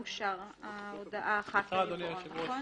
11. ההודעה אחת לרבעון אושר.